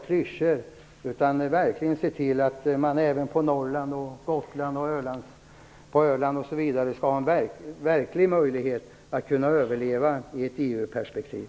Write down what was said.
Vi vill verkligen se till att man även i Norrland och på Gotland och Öland osv. skall ha en verklig möjlighet att överleva i ett EU-perspektiv.